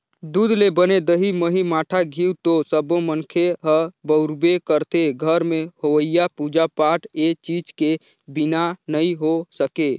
दूद ले बने दही, मही, मठा, घींव तो सब्बो मनखे ह बउरबे करथे, घर में होवईया पूजा पाठ ए चीज के बिना नइ हो सके